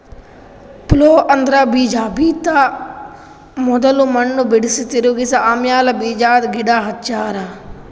plough ಅಂದ್ರ ಬೀಜಾ ಬಿತ್ತ ಮೊದುಲ್ ಮಣ್ಣ್ ಬಿಡುಸಿ, ತಿರುಗಿಸ ಆಮ್ಯಾಲ ಬೀಜಾದ್ ಗಿಡ ಹಚ್ತಾರ